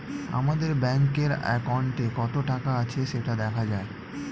আমাদের ব্যাঙ্কের অ্যাকাউন্টে কত টাকা আছে সেটা দেখা যায়